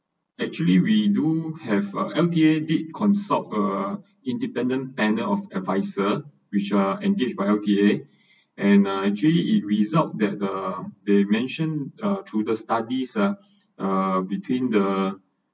actually we do have a L_T_A did consult a independent panel of advisor which are engaged by L_T_A and uh actually it result that uh they mentioned uh through the study ah uh between the